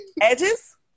Edges